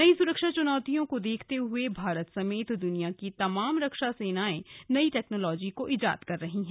नई सुरक्षा चुनौतियों को देखते हुए भारत समेत दुनिया की तमाम रक्षा सेनाएं नई टेक्नोलोजी को ईजाद कर रही है